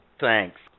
Thanks